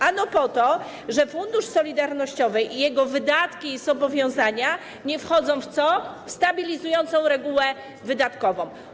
Ano po to: Fundusz Solidarnościowy i jego wydatki i zobowiązania nie wchodzą w co? - w stabilizującą regułę wydatkową.